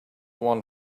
one